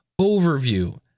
overview